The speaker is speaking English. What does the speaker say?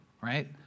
right